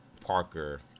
Parker